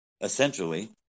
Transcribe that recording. essentially